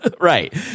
Right